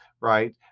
right